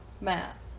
Matt